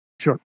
Sure